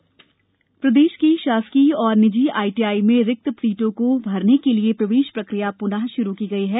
ITI प्रदेश के शासकीय और निजी आईटीआई में रिक्त सीटों को भरने के लिये प्रवेश प्रक्रिया पुनः शुरू की गई है